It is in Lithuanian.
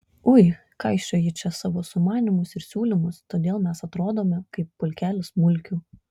ui kaišioji čia savo sumanymus ir siūlymus todėl mes atrodome kaip pulkelis mulkių